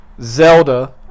zelda